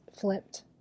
flipped